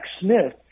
Smith